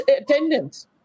attendance